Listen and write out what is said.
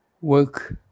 work